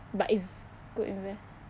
but it's good inve~